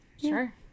sure